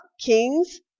kings